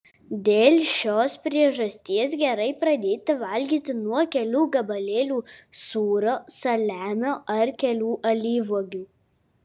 dėl šios priežasties gerai pradėti valgyti nuo kelių gabalėlių sūrio saliamio ar kelių alyvuogių